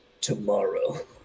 tomorrow